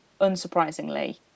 unsurprisingly